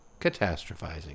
catastrophizing